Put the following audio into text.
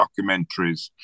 documentaries